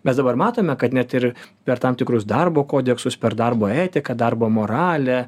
mes dabar matome kad net ir per tam tikrus darbo kodeksus per darbo etiką darbo moralę